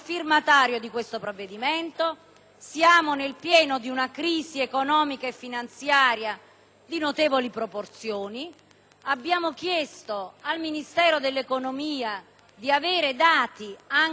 siamo nel pieno di una crisi economica e finanziaria di notevoli proporzioni; abbiamo chiesto al Ministero dell'economia di avere dati, anche se macro e di scenario,